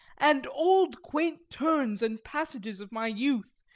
and old quaint turns and passages of my youths